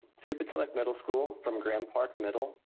to potomac middle school from graham park middle,